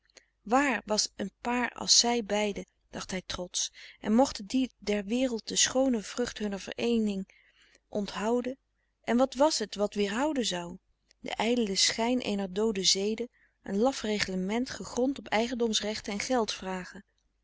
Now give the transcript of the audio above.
wààr was een paar als zij beiden dacht hij trotsch en mochten die der wereld de schoone vrucht hunner vereening onthouden en wat was t wat weerhouden zou de ijdele schijn eener doode zede een laf reglement gegrond op eigendoms rechten en geld vragen